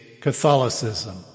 Catholicism